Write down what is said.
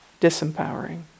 disempowering